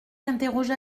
interrogea